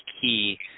key